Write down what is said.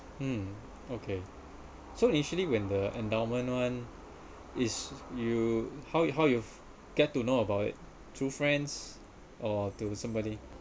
hmm okay so initially when the endowment [one] is you how how you get to know about it through friends or to somebody